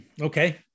Okay